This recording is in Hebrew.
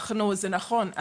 נכון.